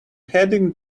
heading